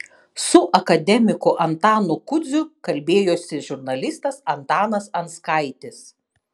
su akademiku antanu kudziu kalbėjosi žurnalistas antanas anskaitis